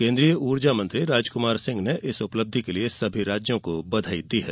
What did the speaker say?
केन्द्रीय ऊर्जा मंत्री राजकुमार सिंह ने इस उपलब्धि के लिए सभी राज्यों को बधाई दी है